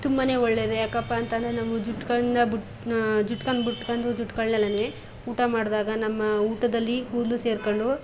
ತುಂಬನೇ ಒಳ್ಳೆಯದು ಯಾಕಪ್ಪ ಅಂತಂದ್ರೆ ನಾವು ಜುಟ್ಟುಗಳ್ನ ಬಿಟ್ಟು ನಾ ಜುಟ್ಕೊಂದ್ ಬಿಟ್ಕೊಂಡು ಜುಟ್ಟುಗಳ್ನೆಲ್ಲನೇ ಊಟ ಮಾಡಿದಾಗ ನಮ್ಮ ಊಟದಲ್ಲಿ ಕೂದಲು ಸೇರ್ಕೊಂಡು